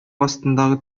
астындагы